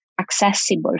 accessible